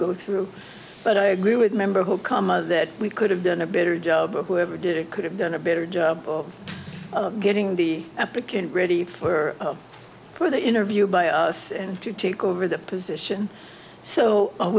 go through but i agree with member who come up that we could have done a better job whoever did it could have done a better job of getting the applicant ready for for the interview by us to take over that position so